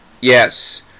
yes